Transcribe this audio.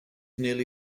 nearly